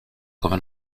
comme